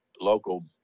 local